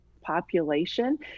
population